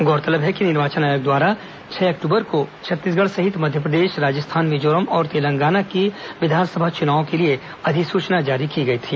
गौरतलब है कि निर्वाचन आयोग द्वारा छह अक्टूबर को छत्तीसगढ सहित मध्यप्रदेश राजस्थान मिजोरम और तेलंगाना की विधानसभा चुनाव के लिए अधिसूचना जारी की गई थी